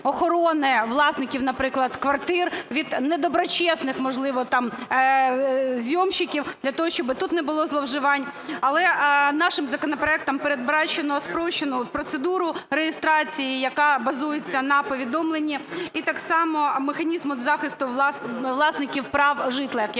охорони власників, наприклад, квартир від недоброчесних, можливо, там съемщиков для того, щоб тут не було зловживань. Але нашим законопроектом передбачено спрощену процедуру реєстрації, яка базується на повідомлені, і так само механізму захисту власників прав житла,